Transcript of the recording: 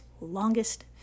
longest